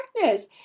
darkness